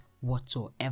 whatsoever